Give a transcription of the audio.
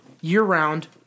year-round